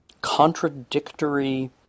contradictory